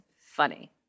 funny